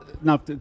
Now